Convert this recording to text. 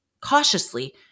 Cautiously